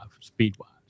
speed-wise